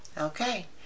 Okay